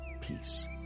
peace